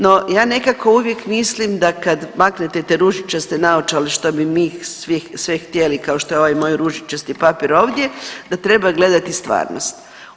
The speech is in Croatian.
No ja nekako uvijek mislim da kad maknete te ružičaste naočale što bi mi sve htjeli kao što je ovaj moj ružičasti papir ovdje, da treba gledati stvarnost.